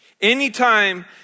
Anytime